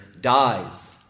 dies